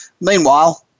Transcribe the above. Meanwhile